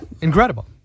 Incredible